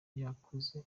yakuze